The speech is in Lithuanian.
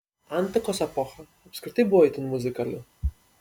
antikos epocha apskritai buvo itin muzikali